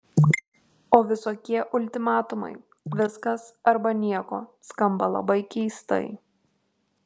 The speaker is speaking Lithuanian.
o visokie ultimatumai viskas arba nieko skamba labai keistai